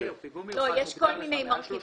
יש כל מיני מרכיבים.